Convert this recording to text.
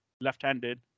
left-handed